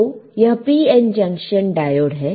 तो यह PN junction diode है